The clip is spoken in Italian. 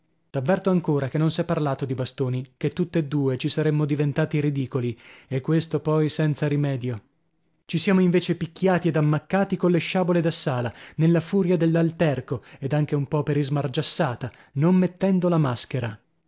t'avverto ancora che non s'è parlato di bastoni chè tutt'e due ci saremmo diventati ridicoli e questo poi senza rimedio ci siamo invece picchiati ed ammaccati colle sciabole da sala nella furia dell'alterco ed anche un po per ismargiassata non mettendo la maschera